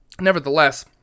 nevertheless